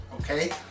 okay